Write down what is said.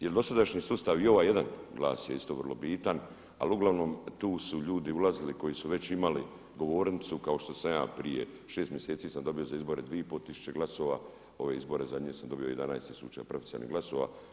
Jer dosadašnji sustav i ovaj jedan glas je isto vrlo bitan, ali uglavnom tu su ljudi ulazili koji su već imali govornicu kako što sam ja prije šest mjeseci sam dobio za izbore 2,5 tisuće glasova, ove izbore zadnje sam dobio 11 tisuća preferencijalnih glasova.